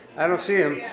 i don't see him. yeah